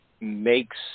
makes